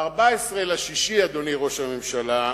ב-14 ביוני, אדוני ראש הממשלה,